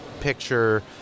picture